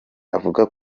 avuga